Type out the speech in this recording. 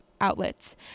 outlets